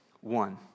One